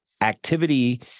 activity